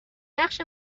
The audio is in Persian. نقش